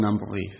unbelief